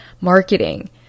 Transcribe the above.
marketing